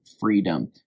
freedom